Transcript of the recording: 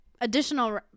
additional